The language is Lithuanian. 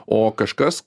o kažkas